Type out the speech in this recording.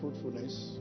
fruitfulness